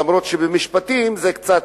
אף שבמשפטים זה קצת,